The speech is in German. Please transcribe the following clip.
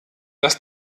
dass